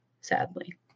sadly